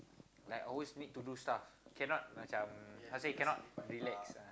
like always need to do stuff cannot macam how say cannot relax ah